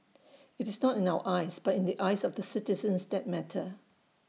IT is not in our eyes but in the eyes of the citizens that matter